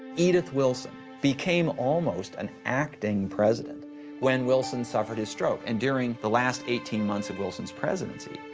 edith wilson became almost an acting president when wilson suffered his stroke. and during the last eighteen months of wilson's presidency,